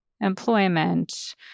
employment